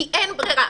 כי אין בררה.